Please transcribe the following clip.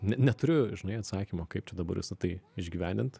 ne neturiu žinai atsakymo kaip čia dabar visa tai išgyvendint